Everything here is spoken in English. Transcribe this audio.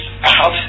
out